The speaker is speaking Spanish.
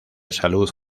salud